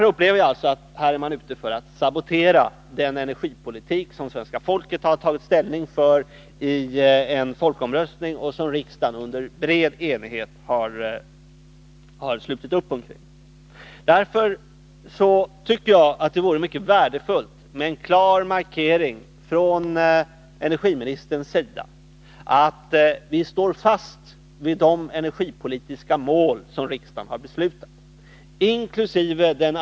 Jag upplever alltså att man här är ute efter att sabotera den energipolitik som svenska folket i en folkomröstning har tagit ställning för och som riksdagen under bred enighet har slutit upp kring. Det vore därför mycket värdefullt med en klar markering från energiministerns sida att vi står fast vid de energipolitiska mål som riksdagen har beslutat, inkl.